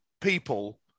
people